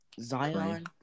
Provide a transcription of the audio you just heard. Zion